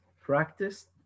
practiced